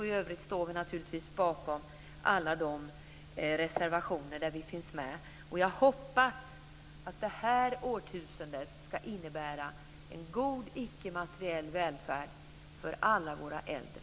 I övrigt står vi naturligtvis bakom alla reservationer där vi finns med. Jag hoppas att det här årtusendet ska innebära en god icke materiell välfärd för alla våra äldre.